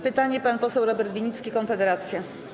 Pytanie zada pan poseł Robert Winnicki, Konfederacja.